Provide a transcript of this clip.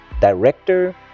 director